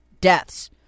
deaths